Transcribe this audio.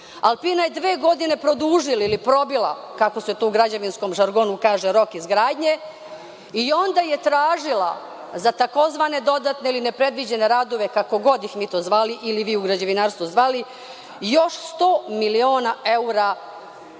„Alpina“ je dve godine produžila ili probila, kako se to u građevinskom žargonu kaže roko izgradnje i onda je tražila za tzv. dodatne ili nepredviđene radove, kako god ih mi to zvali ili vi u građevinarstvu zvali, još 100 miliona eura novca